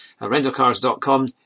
rentalcars.com